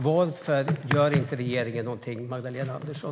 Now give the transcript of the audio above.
Varför gör inte regeringen någonting, Magdalena Andersson?